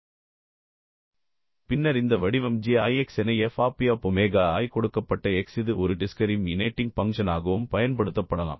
பின்னர் இந்த வடிவம் g i x என f of p of omega i கொடுக்கப்பட்ட x இது ஒரு டிஸ்கரிமினேட்டிங் பங்க்ஷனாகவும் பயன்படுத்தப்படலாம்